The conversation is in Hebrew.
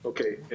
אוקיי.